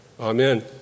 Amen